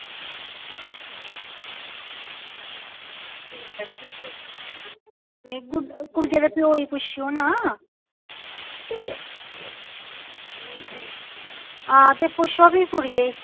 नेईं कुड़िया दे प्यो गी पुच्छेओ ना ते हां ते फ्ही पुच्छो फ्ही कुड़ियै गी